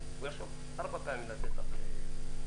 והוא יחשוב ארבע פעמים לפני שהוא ייתן.